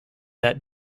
that